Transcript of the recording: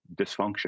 dysfunction